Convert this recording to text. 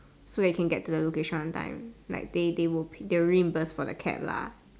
so that they can get to the location on time like they they will reimburse for the cab lah